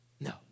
No